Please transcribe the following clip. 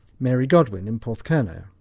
mary godwin in porthcurno.